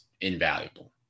invaluable